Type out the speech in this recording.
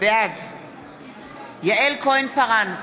בעד יעל כהן-פארן,